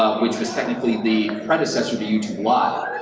ah which was technically the predecessor to youtube live,